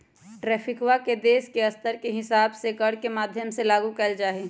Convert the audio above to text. ट्रैफिकवा के देश के स्तर के हिसाब से कर के माध्यम से लागू कइल जाहई